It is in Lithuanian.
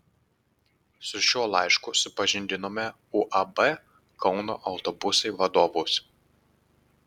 su šiuo laišku supažindinome uab kauno autobusai vadovus